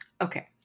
Okay